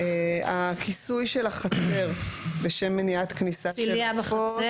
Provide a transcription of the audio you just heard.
9(ב)(2) היא הכיסוי של החצר לשם מניעת כניסת עופות,